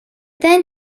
then